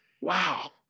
Wow